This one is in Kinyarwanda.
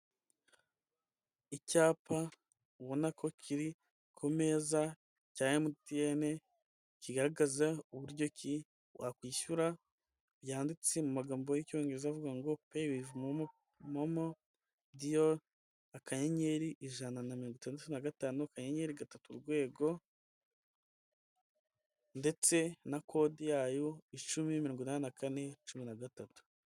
Icyapa ubona ko kiri ku meza cya MTN kigaragaza uburyo ki wakwishyura, byanditse mu magambo y'icyongereza avuga ngo pay with momo dial akanyeri ijana na mirongo itandatu na gatanu, akayenyeri gatatu urwego, ndetse na kode yayo icumi mirongo inani na kane, cumi na gatatu.